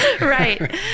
Right